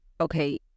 okay